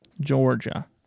georgia